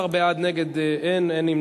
ובכן, 16 בעד, אין נגד ואין נמנעים.